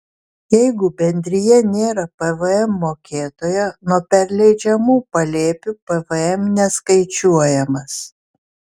jeigu bendrija nėra pvm mokėtoja nuo perleidžiamų palėpių pvm neskaičiuojamas